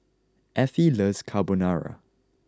Affie loves Carbonara